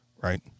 right